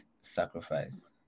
sacrifice